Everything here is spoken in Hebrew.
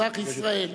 אזרח ישראל.